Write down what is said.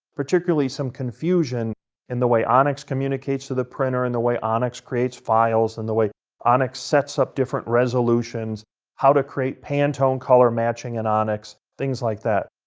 particularly some confusion in the way onyx communicates to the printer, and the way onyx creates files, and the way onyx sets up different resolutions how to create pantone color matching in onyx. things like that.